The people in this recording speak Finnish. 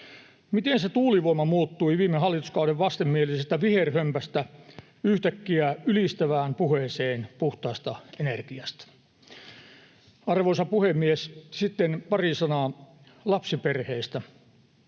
Miten se tuulivoima muuttui viime hallituskauden vastenmielises-tä viherhömpästä yhtäkkiä ylistävään puheeseen puhtaasta energiasta? Arvoisa puhemies! Sitten pari sanaa lapsiperheistä.